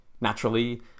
Naturally